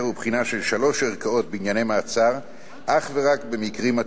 ובחינה של שלוש ערכאות בענייני מעצר,